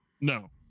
No